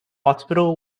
hospital